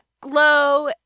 GLOW